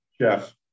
Jeff